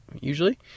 usually